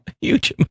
Huge